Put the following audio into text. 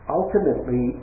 ultimately